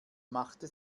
machte